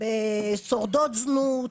ולא יוצאים לפנסיה אצלנו.